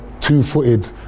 two-footed